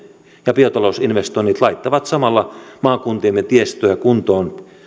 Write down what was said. ja biotalousinvestoinnit laittavat samalla maakuntiemme tiestöä kuntoon